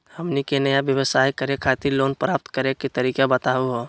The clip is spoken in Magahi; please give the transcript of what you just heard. हमनी के नया व्यवसाय करै खातिर लोन प्राप्त करै के तरीका बताहु हो?